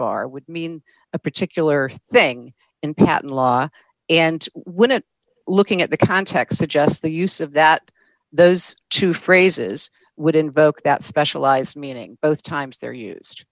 bar would mean a particular thing in patent law and when it looking at the context suggests the use of that those two phrases would invoke that specialized meaning both times there used